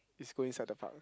is going inside the park ah